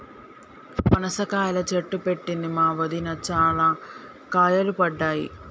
పనస కాయల చెట్టు పెట్టింది మా వదిన, చాల కాయలు పడ్డాయి